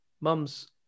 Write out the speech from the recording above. Mum's